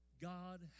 God